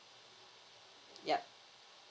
yup